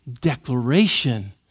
declaration